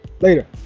Later